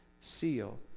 seal